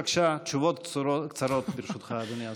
בבקשה, תשובות קצרות, ברשותך, אדוני השר.